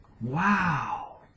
Wow